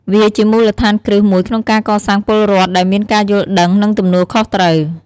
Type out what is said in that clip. វាជាមូលដ្ឋានគ្រឹះមួយក្នុងការកសាងពលរដ្ឋដែលមានការយល់ដឹង និងទំនួលខុសត្រូវ។